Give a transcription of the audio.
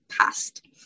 past